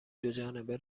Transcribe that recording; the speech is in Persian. دوجانبه